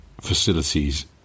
facilities